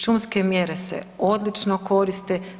Šumske mjere se odlično koriste.